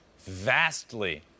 vastly